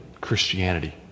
Christianity